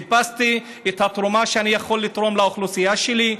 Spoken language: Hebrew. חיפשתי את התרומה שאני יכול לתרום לאוכלוסייה שלי.